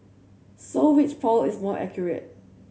so which poll is more accurate